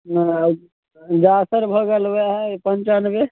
आब जासर भए गेल ओएह पन्चानबे